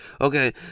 Okay